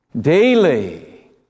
daily